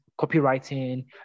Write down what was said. copywriting